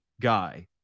guy